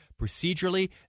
procedurally